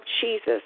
Jesus